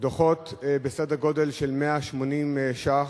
בסדר-גודל של 180 ש"ח,